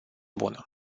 bună